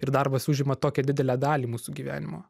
ir darbas užima tokią didelę dalį mūsų gyvenimo